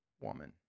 woman